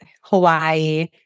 Hawaii